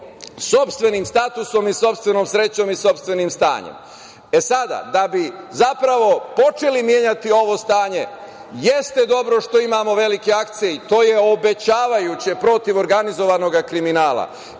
sopstvenim statusom i sopstvenom srećom i sopstvenim stanjem. Da bi zapravo počeli menjati ovo stanje jeste dobro što imamo velike akcije i to je obećavajuće protiv organizovanog kriminala,